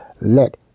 let